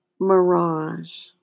mirage